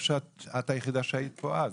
את היחידה שהיית פה אז,